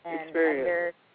experience